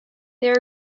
there